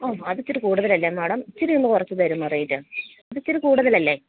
ഓ അത് ഇച്ചിരി കൂടുതൽ അല്ലേ മാഡം ഇച്ചിരിയൊന്ന് കുറച്ചു തരുമോ റെയിറ്റ് ഇത് ഇച്ചിരി കൂടുതൽ അല്ലേ